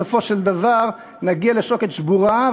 בסופו של דבר נגיע לשוקת שבורה,